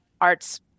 arts